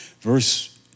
Verse